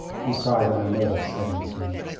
he cried on a note of sudden pain.